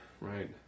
right